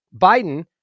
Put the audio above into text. Biden